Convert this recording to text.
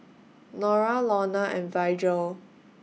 Norah Lorna and Virgel